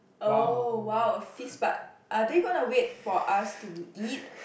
oh whoa a feast but are they going to wait for us to eat